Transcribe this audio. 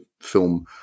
film